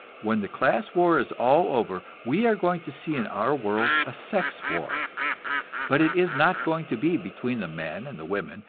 when the class war is all over we are going to see in our world a sex war but it is not going to be between the men and the women,